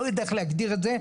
לא יודע איך להגדיר את זה,